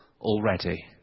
already